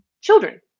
children